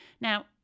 now